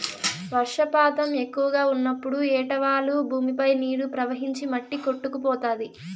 వర్షపాతం ఎక్కువగా ఉన్నప్పుడు ఏటవాలు భూమిపై నీరు ప్రవహించి మట్టి కొట్టుకుపోతాది